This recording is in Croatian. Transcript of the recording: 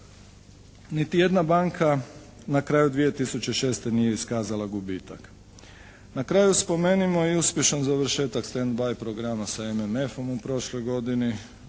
Niti jedna banka na kraju 2006. nije iskazala gubitak. Na kraju spomenimo i uspješan završetak stand by programa sa MMF-om u prošloj godini,